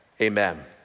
amen